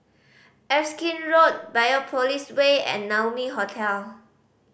Erskine Road Biopolis Way and Naumi Hotel